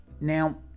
now